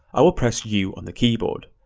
i will press u on the keyboard.